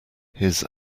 his